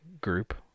group